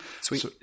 Sweet